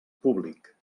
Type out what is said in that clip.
públic